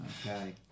Okay